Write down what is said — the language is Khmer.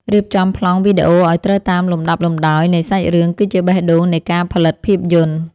រៀបចំប្លង់វីដេអូឱ្យត្រូវតាមលំដាប់លំដោយនៃសាច់រឿងគឺជាបេះដូងនៃការផលិតភាពយន្ត។